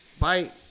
Bye